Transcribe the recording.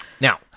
Now